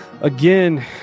Again